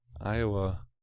Iowa